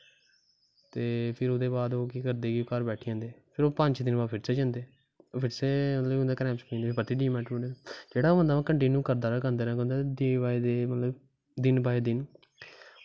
ते फिर ओह्दे बाद ओह् केह् करदे कि घर बैठी जंदे फिर ओह् पंज छे दिन बाद फिर जंदे फिर ओह् डिमोटिवेट होई जंदे जेह्ड़ा बंदा कांटिन्यू करदा र'वै दिन बाए दिन मतलब दिन बाए दिन